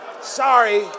Sorry